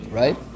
right